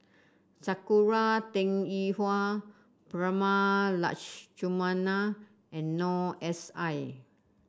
Sakura Teng Ying Hua Prema Letchumanan and Noor S I